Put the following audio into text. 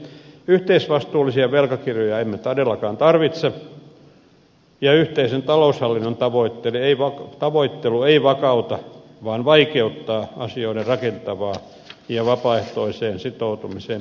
yhteisvastuullisia velkakirjoja emme todellakaan tarvitse ja yhteisen taloushallinnon tavoittelu ei vakauta vaan vaikeuttaa asioiden rakentavaa ja vapaaehtoiseen sitoutumiseen perustuvaa hoitamista